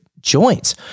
joints